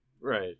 Right